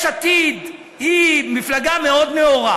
יש עתיד היא מפלגה מאוד נאורה,